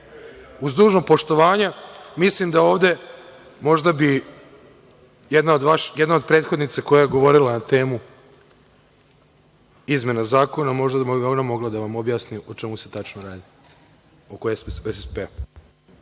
dužno poštovanje, mislim da bi ovde možda jedna od prethodnica koja je govorila na temu izmena zakona, možda bi ona mogla da vam objasni o čemu se tačno radi, oko SSP-a.